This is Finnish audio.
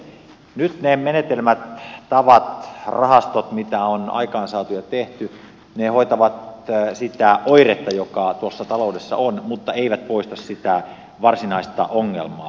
nyt ne menetelmät tavat rahastot joita on aikaansaatu ja tehty hoitavat sitä oiretta joka tuossa taloudessa on mutta eivät poista sitä varsinaista ongelmaa